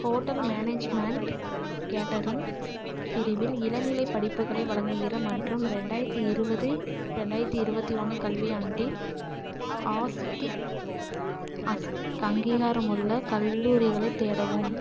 hotel management catering பிரிவில் இளநிலைப் படிப்புகளை வழங்குகிற மற்றும் ரெண்டாயிரத்தி இருபது ரெண்டாயிரத்தி இருபத்தி ஒன்று கல்வியாண்டில் ஆசிட்டிட் அஸ் அங்கீகாரமுள்ள கல்லூரிகளைத் தேடவும்